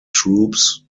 troops